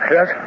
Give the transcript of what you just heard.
Yes